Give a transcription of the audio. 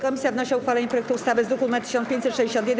Komisja wnosi o uchwalenie projektu ustawy z druku nr 1561.